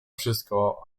wszystko